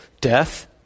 death